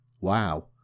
wow